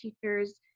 teachers